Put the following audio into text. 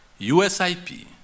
USIP